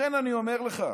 לכן אני אומר לך,